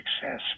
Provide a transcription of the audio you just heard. success